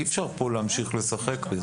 אי אפשר כאן להמשיך לשחק בזה.